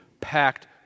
packed